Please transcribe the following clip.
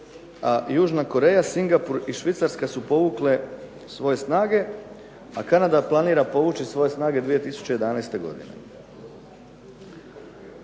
a južna Koreja, Singapur i Švicarska su povukle svoje snage, a Kanada planira povući svoje snage 2011. godine.